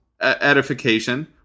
edification